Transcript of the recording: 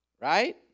right